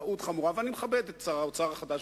אני מכבד את שר האוצר החדש,